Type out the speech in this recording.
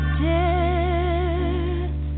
death